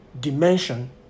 dimension